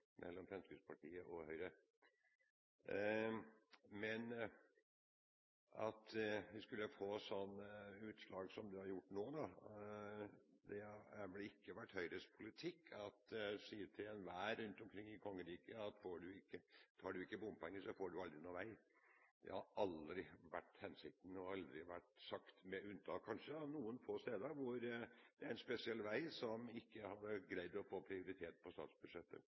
mellom Fremskrittspartiet og Høyre er en viss forskjell i synet på bompenger når det gjelder å finansiere vei. Men at vi skulle få sånne utslag som vi har fått nå, har ikke vært Høyres politikk – det å si til enhver rundt omkring i kongeriket at betaler man ikke bompenger, får man aldri noen vei. Det har aldri vært hensikten og aldri vært sagt, kanskje med unntak av noen få steder der en spesiell vei ikke har greid å få prioritet på statsbudsjettet.